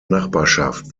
nachbarschaft